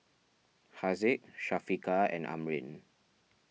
Haziq Syafiqah and Amrin